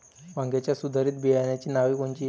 वांग्याच्या सुधारित बियाणांची नावे कोनची?